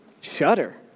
shudder